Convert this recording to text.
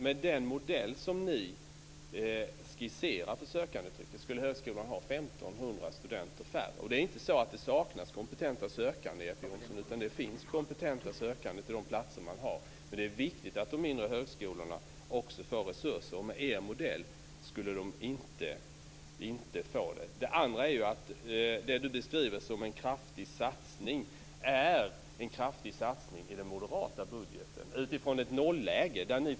Med den modell som ni skisserar för sökandetrycket, skulle högskolan ha 1 500 studenter färre. Det är inte så att det saknas kompetenta sökande. Det finns kompetenta sökande. Men det är viktigt att de mindre högskolorna också får resurser. Med er modell skulle de inte få det. Det Jeppe Johnsson beskriver som en kraftig satsning, är en kraftig satsning i den moderata budgeten, dvs. utifrån ett nolläge.